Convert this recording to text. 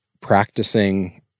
practicing